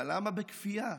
אבל למה בכפייה?